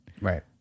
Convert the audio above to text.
Right